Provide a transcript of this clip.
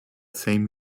same